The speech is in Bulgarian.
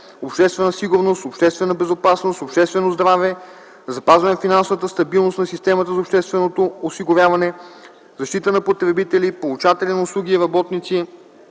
обществена сигурност, обществена безопасност, обществено здраве, запазване на финансовата стабилност на системата на общественото осигуряване, защита на потребители, получатели на услуги и работници,